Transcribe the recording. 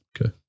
Okay